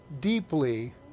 deeply